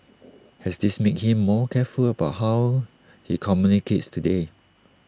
has this made him more careful about how he communicates today